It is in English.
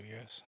yes